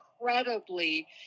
incredibly